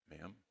ma'am